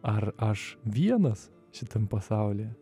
ar aš vienas šitam pasaulyje